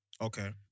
Okay